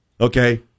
okay